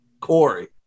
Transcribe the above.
Corey